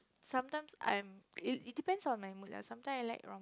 sometimes I'm it it depends on my mood ah sometimes I like